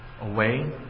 away